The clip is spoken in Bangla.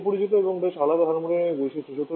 বেশ সুপরিচিত এবং বেশ আলাদা থার্মোডাইনামিক বৈশিষ্ট্য